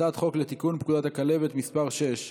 הצעת חוק לתיקון פקודת הכלבת (מס' 6),